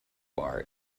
bar